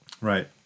Right